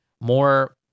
more